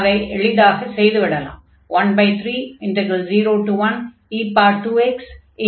அதை எளிதாகச் செய்து விடலாம்